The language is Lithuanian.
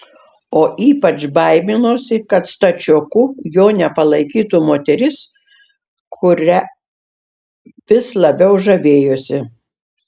o ypač baiminosi kad stačioku jo nepalaikytų moteris kuria vis labiau žavėjosi